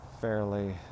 fairly